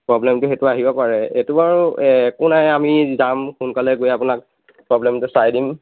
প্ৰব্লেমটো সেইটো আহিব পাৰে সেইটো বাৰু একো নাই আমি যাম সোনকালে গৈ আপোনাক প্ৰব্লেমটো চাই দিম